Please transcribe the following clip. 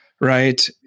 Right